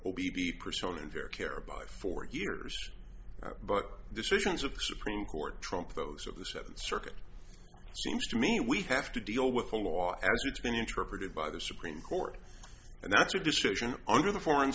b person in their care by four years but decisions of the supreme court trump those of the seventh circuit seems to me we have to deal with the law as it's been interpreted by the supreme court and that's a decision under the foreign